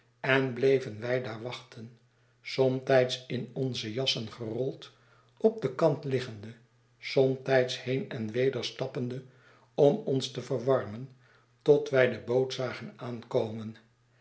bij mij enblevenwij daar wachten somtijds in onze jassengerold op den kant liggende somtijds heen en weder stappende om ons te verwarmen tot wij de boot zagen aankomen